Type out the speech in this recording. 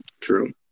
true